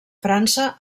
frança